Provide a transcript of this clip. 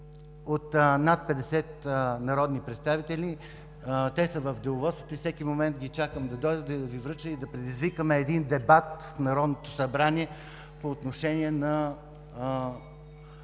от над 50 народни представители, те са в Деловодството и всеки момент ги чакам да дойдат, да Ви ги връча и да предизвикаме дебат в Народното събрание по отношение на